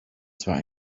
zwar